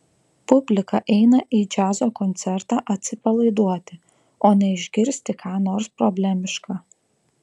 publika eina į džiazo koncertą atsipalaiduoti o ne išgirsti ką nors problemiška